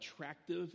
attractive